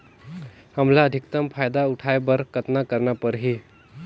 हमला अधिकतम फायदा उठाय बर कतना करना परही?